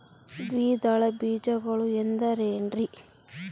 ದ್ವಿದಳ ಬೇಜಗಳು ಅಂದರೇನ್ರಿ?